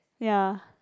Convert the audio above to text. ya